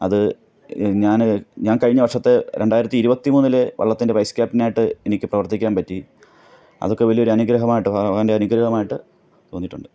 അത് ഞാൻ ഞാൻ കഴിഞ്ഞ വർഷത്തെ രണ്ടായിരത്തി ഇരുപത്തി മൂന്നിൽ വള്ളത്തിൻ്റെ വൈസ് ക്യാപ്റ്റനായിട്ട് എനിക്ക് പ്രവർത്തിക്കാൻപ്പറ്റി അതൊക്കെ വലിയൊരു അനുഗ്രഹമായിട്ട് ഭഗവാൻ്റെ അനുഗ്രഹമായിട്ട് തോന്നിയിട്ടുണ്ട്